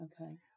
Okay